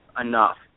enough